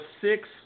six